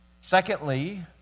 Secondly